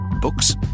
Books